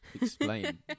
explain